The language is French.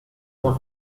san